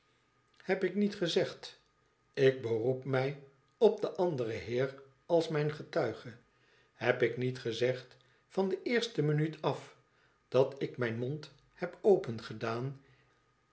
heb ik niet gezegd ik beroep mij op den anderen heer als mijn getuige heb ik niet gezegd van de eerste minuut af dat ik mijn mond heb